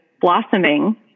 blossoming